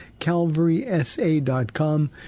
Calvarysa.com